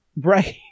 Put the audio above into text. right